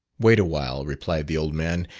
wait a while, replied the old man,